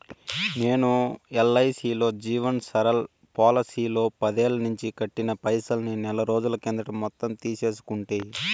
నేను ఎల్ఐసీలో జీవన్ సరల్ పోలసీలో పదేల్లనించి కట్టిన పైసల్ని నెలరోజుల కిందట మొత్తం తీసేసుకుంటి